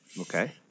Okay